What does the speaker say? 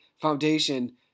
foundation